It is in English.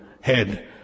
head